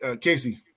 Casey